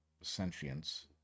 sentience